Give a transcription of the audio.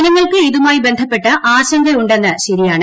ജനങ്ങൾക്ക് ഇതുമായി ബന്ധപ്പെട്ട് ആശങ്ക ഉണ്ടെന്നത് ശരിയാണ്